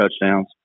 touchdowns